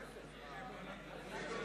לא נתקבלה.